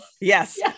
yes